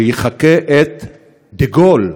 שיחקה את דה-גול,